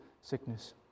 sickness